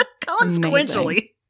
Consequently